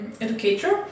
educator